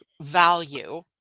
value